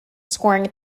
scoring